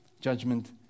judgment